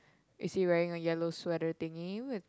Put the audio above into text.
is he wearing a yellow sweater thingy with